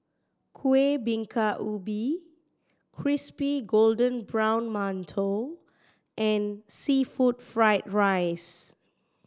Kuih Bingka Ubi crispy golden brown mantou and seafood fried rice